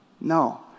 No